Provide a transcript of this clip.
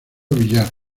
villar